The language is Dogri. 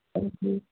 हां जी